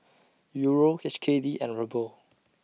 Euro H K D and Ruble